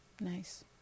Nice